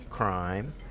crime